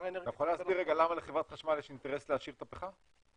אתה יכול להסביר רגע למה לחברת חשמל יש אינטרס להשאיר את הפחם?